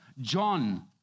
John